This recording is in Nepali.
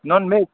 नन्भेज